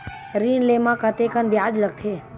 ऋण ले म कतेकन ब्याज लगथे?